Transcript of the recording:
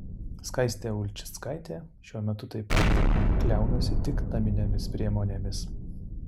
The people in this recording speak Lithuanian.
skaistė ulčickaitė šiuo metu taip pat kliaunasi tik naminėmis priemonėmis